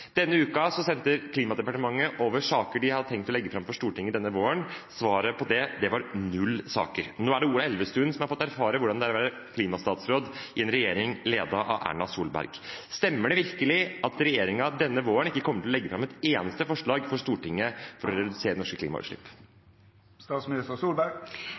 Klimadepartementet over saker de har tenkt å legge fram for Stortinget denne våren. Svaret på det var null saker. Nå er det Ola Elvestuen som har fått erfare hvordan det er å være klimastatsråd i en regjering ledet av Erna Solberg. Stemmer det virkelig at regjeringen denne våren ikke kommer til å legge fram et eneste forslag for Stortinget om å redusere norske